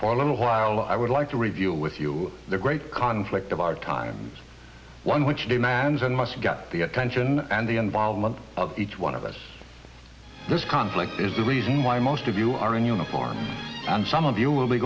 for a little while i would like to review with you the great conflict of our times one which demands and must got the attention and the involvement of each one of us this conflict is the reason why most of you are in uniform and some of you will be